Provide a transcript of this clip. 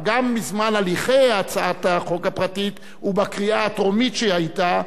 גם בזמן הליכי הצעת החוק הפרטית ובקריאה הטרומית שהיתה,